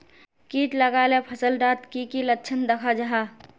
किट लगाले फसल डात की की लक्षण दखा जहा?